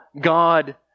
God